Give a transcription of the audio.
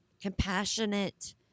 compassionate